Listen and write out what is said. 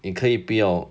你可以不要